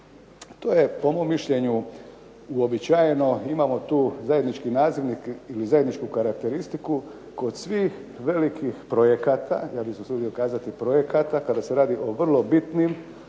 To je po mom mišljenju uobičajeno, imamo tu zajednički nazivnik ili zajedničku karakteristiku kod svih velikih projekata, ja bih se usudio kazati projekata, kada se radi o vrlo bitnim reformskim